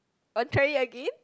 want try it again